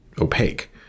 opaque